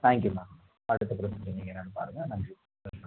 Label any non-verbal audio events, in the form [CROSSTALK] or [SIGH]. தேங்க்யூம்மா [UNINTELLIGIBLE] நீங்கள் என்னென்று பாருங்கள் நன்றி [UNINTELLIGIBLE]